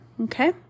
okay